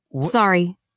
Sorry